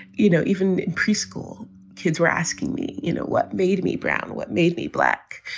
you know, even pre-school kids were asking me, you know, what made me brown, what made me black?